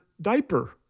diaper